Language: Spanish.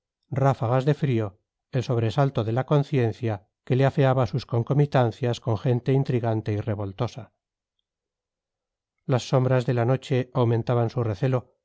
ráfagas de frío el sobresalto de la conciencia que le afeaba sus concomitancias con gente intrigante y revoltosa las sombras de la noche aumentaban su recelo y